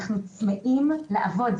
אנחנו צמאים לעבוד.